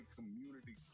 Community